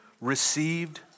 received